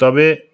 তবে